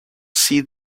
see